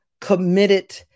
committed